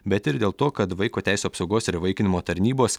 bet ir dėl to kad vaiko teisių apsaugos ir įvaikinimo tarnybos